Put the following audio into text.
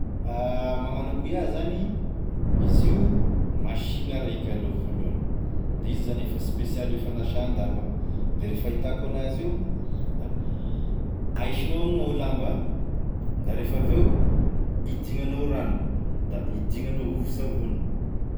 Magnano akoa iaho zany, izy io masina araiky aloha voalohany, de izy zany efa spesialy hoe fagnasan-damba, de re fahitako anazy io, da ahisignao amign'ao e lamba da rehefa aveo hidignanao rano, da hidignanao vovosavony